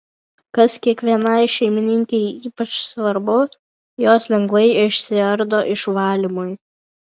kas kiekvienai šeimininkei ypač svarbu jos lengvai išsiardo išvalymui